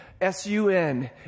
S-U-N